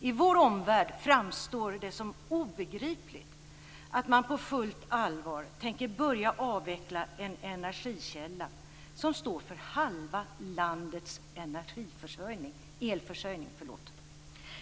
I vår omvärld framstår det som obegripligt att man på fullt allvar tänker börja avveckla en energikälla som står för halva landets elförsörjning.